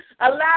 Allow